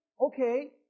Okay